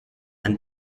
and